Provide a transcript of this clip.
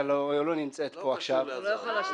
לא נמצאת פה עכשיו --- זה לא קשור לעזריה.